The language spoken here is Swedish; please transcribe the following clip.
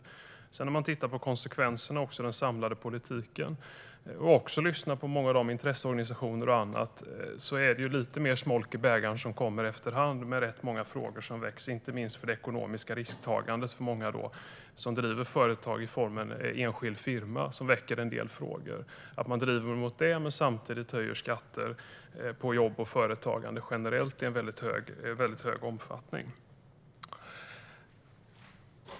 När man sedan tittar på konsekvenserna och den samlade politiken, och också lyssnar på många intresseorganisationer och andra, är det lite mer smolk i bägaren som kommer efter hand och rätt många frågor som väcks, inte minst i fråga om det ekonomiska risktagandet. För många som driver företag i formen enskild firma väcker det en del frågor att regeringen driver detta men samtidigt höjer skatter på jobb och företagande generellt i mycket stor omfattning.